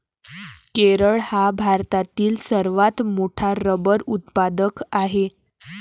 केरळ हा भारतातील सर्वात मोठा रबर उत्पादक आहे